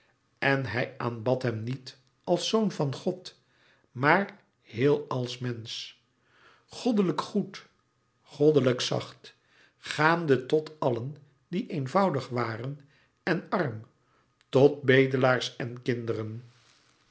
en hij aanbad hem niet als zoon van god maar heel als mensch goddelijk goed goddelijk zacht gaande tot allen die eenvoudig waren en arm tot bedelaars en kinderen